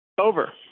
Over